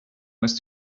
was